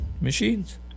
machines